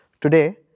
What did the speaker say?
Today